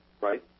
Right